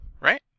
right